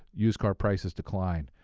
used car prices decline.